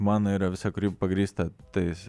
mano yra visa kūryba pagrįsta tais